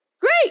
Great